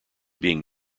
being